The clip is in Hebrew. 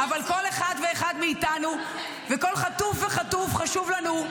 אבל כל אחד ואחד מאיתנו וכל חטוף וחטוף חשוב לנו,